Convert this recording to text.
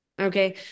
Okay